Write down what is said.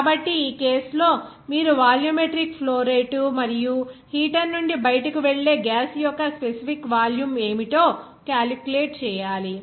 కాబట్టి ఈ కేసు లో మీరు వాల్యూమెట్రిక్ ఫ్లో రేటు మరియు హీటర్ నుండి బయటకు వెళ్లే గ్యాస్ యొక్క స్పెసిఫిక్ వాల్యూమ్ ఏమిటో క్యాలిక్యులేట్ చేయాలి